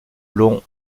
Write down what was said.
long